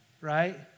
right